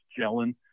gelling